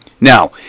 Now